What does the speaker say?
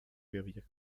bewirken